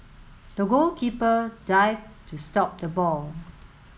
the goalkeeper dived to stop the ball